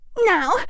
Now